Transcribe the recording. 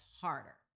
harder